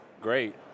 great